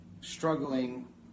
struggling